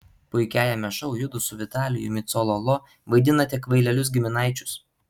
puikiajame šou judu su vitalijumi cololo vaidinate kvailelius giminaičius